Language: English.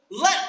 let